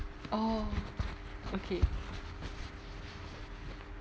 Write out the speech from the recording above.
oh okay